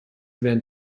während